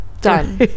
Done